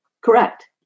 Correct